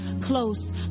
close